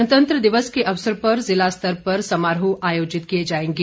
गणतंत्र दिवस के अवसर पर जिला स्तर पर समारोह आयोजित किए जाएंगे